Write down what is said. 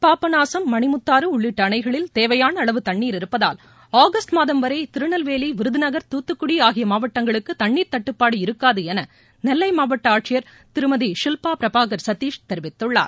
பாபநாசம் மணிமுத்தாறு உள்ளிட்ட அணைகளில் தேவையான அளவு தண்ணீர் இருப்பதால் ஆகஸ்ட் மாதம் வரை திருநெல்வேலி விருதுநகர் தூத்துக்குடி ஆகிய மாவட்டங்களுக்கு தட்டுப்பாடு இருக்காது என நெல்லை மாவட்ட ஆட்சியர் திருமதி ஷில்பா பிரபாகர் சதீஷ் தெரிவித்துள்ளார்